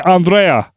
Andrea